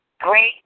Great